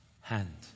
hand